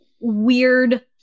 weird